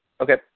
Okay